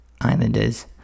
Islanders